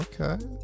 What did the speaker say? okay